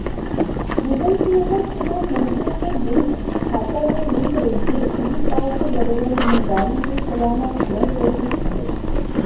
Google Pay ह सीधा मनसे के बेंक के खाता ले लिंक रथे उही पाय के बरोबर समझदारी ले चलाना घलौ जरूरी हावय